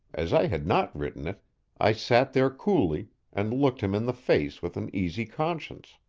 as i had not written it i sat there coolly and looked him in the face with an easy conscience.